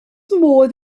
modd